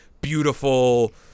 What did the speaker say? beautiful